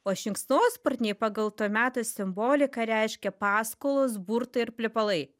o šikšnosparniai pagal to meto simboliką reiškia paskolos burtai ir plepalai